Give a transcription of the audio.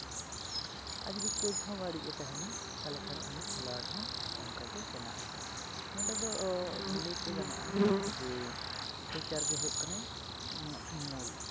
ᱟᱨ ᱡᱩᱫᱤ ᱠᱳᱪ ᱦᱚᱸ ᱵᱟᱹᱲᱤᱡᱼᱮ ᱛᱟᱦᱮᱱᱟ ᱛᱟᱞᱦᱮ ᱠᱷᱟᱱ ᱩᱱᱤ ᱠᱷᱮᱞᱳᱣᱟᱲ ᱦᱚᱸ ᱚᱱᱠᱟᱜᱮ ᱵᱮᱱᱟᱜ ᱟᱭ ᱱᱚᱸᱰᱮ ᱫᱚ ᱢᱟᱱᱞᱮ ᱞᱟᱹᱭᱛᱮ ᱜᱟᱱᱚᱜᱼᱟ ᱡᱮ ᱯᱨᱚᱪᱟᱨ ᱜᱮᱭ ᱦᱩᱭᱩᱜ ᱠᱟᱱᱟᱭ ᱢᱩᱞ